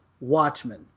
Watchmen